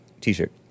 t-shirt